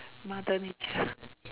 mother nature